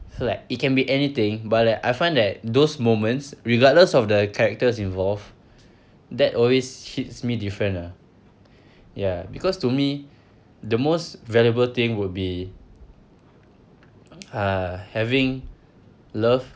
so like it can be anything but like I find that those moments regardless of the characters involved that always hits me different lah ya because to me the most valuable thing will be uh having love